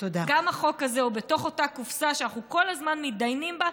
גם החוק הזה הוא בתוך אותה קופסה שאנחנו כל הזמן מתדיינים בה,